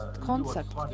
concept